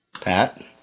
pat